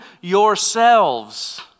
yourselves